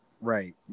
right